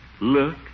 Look